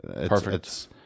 Perfect